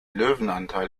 löwenanteil